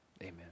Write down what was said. amen